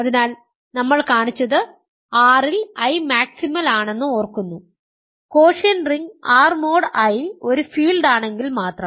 അതിനാൽ നമ്മൾ കാണിച്ചത് R ൽ I മാക്സിമൽ ആണെന്ന് ഓർക്കുന്നു quotient ring R mod I ഒരു ഫീൽഡ് ആണെങ്കിൽ മാത്രം